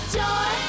joy